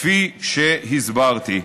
כפי שהסברתי.